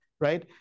right